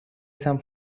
some